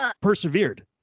persevered